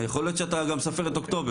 יכול להיות שאתה סופר גם את אוקטובר,